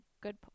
good